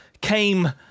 came